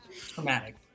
Traumatic